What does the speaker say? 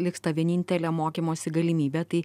liks ta vienintelė mokymosi galimybė tai